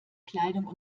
kleidung